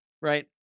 Right